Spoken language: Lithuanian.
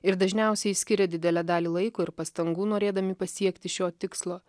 ir dažniausiai skiria didelę dalį laiko ir pastangų norėdami pasiekti šio tikslo